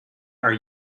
are